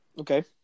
Okay